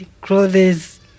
clothes